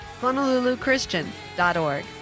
honoluluchristian.org